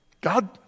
God